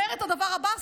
אומר את הדבר הבא,